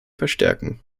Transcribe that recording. verstärken